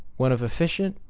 one of efficient,